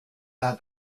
hat